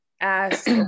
ask